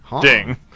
Ding